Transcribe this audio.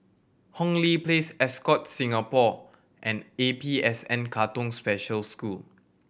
Hong Lee Place Ascott Singapore and A P S N Katong Special School